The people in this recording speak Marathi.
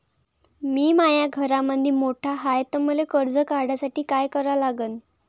मी माया घरामंदी मोठा हाय त मले कर्ज काढासाठी काय करा लागन?